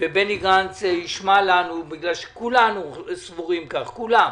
ובני גנץ ישמע לנו בגלל שכולנו סבורים כך, כולם,